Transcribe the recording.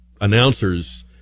announcers